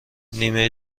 نیمه